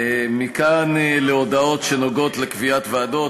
מכאן להודעות שנוגעות לקביעת ועדות.